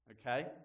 Okay